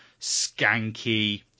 skanky